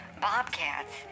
Bobcats